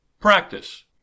Practice